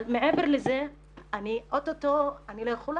אבל מעבר לזה אני אוטוטו לא יכולה,